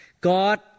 God